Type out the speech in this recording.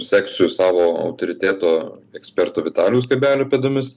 seksiu savo autoriteto eksperto vitalijaus kabelio pėdomis